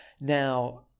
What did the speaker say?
now